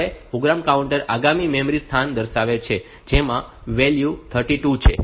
હવે program counter આગામી memory સ્થાન દર્શાવે છે જેમાં વેલ્યુ 32 છે